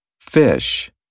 fish